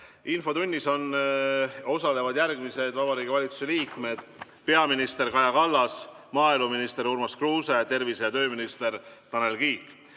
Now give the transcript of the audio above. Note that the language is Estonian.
Infotunnis osalevad järgmised Vabariigi Valitsuse liikmed: peaminister Kaja Kallas, maaeluminister Urmas Kruuse ning tervise- ja tööminister Tanel Kiik.